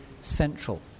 central